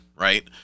right